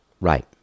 Right